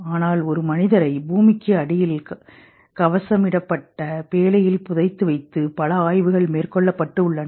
ஆனால் ஒரு மனிதரை பூமிக்கு அடியில் கவசமிடப்பட்ட பேழையில் புதைத்து வைத்து பல ஆய்வுகள் மேற்கொள்ளப் பட்டு உள்ளன